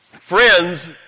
Friends